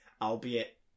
albeit